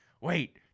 wait